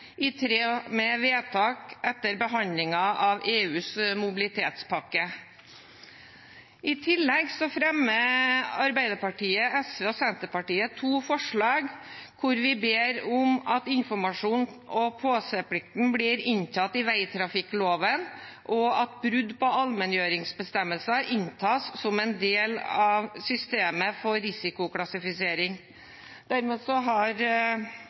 i tråd med vedtak etter behandlingen av EUs mobilitetspakke. Arbeiderpartiet, SV og Senterpartiet fremmer to forslag, hvor vi ber om at informasjons- og påseplikten blir inntatt i vegtrafikkloven, og at brudd på allmenngjøringsbestemmelser inntas som en del av systemet for risikoklassifisering. Dermed har jeg tatt opp forslagene nr. 1 og 2 i saken. Da har